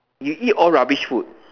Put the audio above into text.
you eat all rubbish food